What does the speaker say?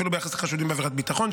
אפילו ביחס לחשודים בעבירות ביטחון,